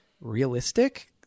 realistic